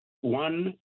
one